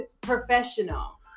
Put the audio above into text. professional